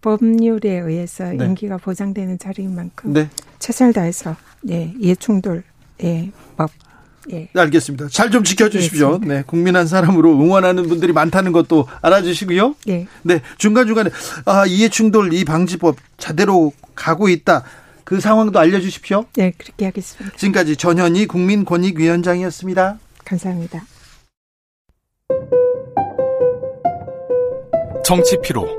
법률에 의해서 네. 임기가 보장되는 자리인 만큼 네. 최선을 다해서, 네, 이해충돌의, 네, 법, 예. 네, 알겠습니다. 잘 좀 지켜주십시오. 예, 알겠습니다. 네, 국민 한 사람으로 응원하는 분들이 많다는 것도 알아주시고요. 네. 네, 중간중간에, 아, 이해충돌 이 방지법 제대로 가고 있다. 그 상황도 알려주십시오. 네, 그렇게 하겠습니다. 지금까지 전현희 국민권익위원장이었습니다. 감사합니다. 정치 피로.